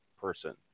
person